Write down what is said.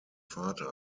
vater